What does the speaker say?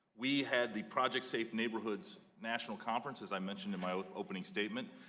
we had the project safe neighborhoods national conference as i mentioned in my opening statement,